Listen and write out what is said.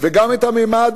וגם את הממד